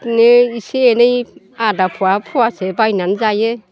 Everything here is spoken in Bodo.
बिदिनो इसे एनै आदा फवा फवासे बायनानै जायो